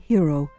Hero